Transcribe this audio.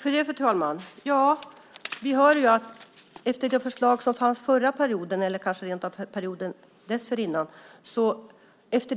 Fru talman! Efter det förslag som fanns förra perioden, eller kanske rent av perioden dessförinnan,